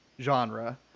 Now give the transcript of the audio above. genre